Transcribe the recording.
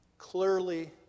clearly